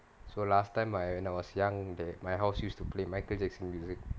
so last time I when I was young the my house used to play michael jackson music